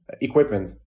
equipment